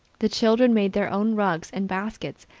the children made their own rugs and baskets,